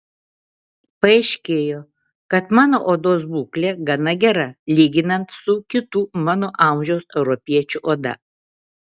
paaiškėjo kad mano odos būklė gana gera lyginant su kitų mano amžiaus europiečių oda